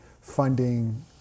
funding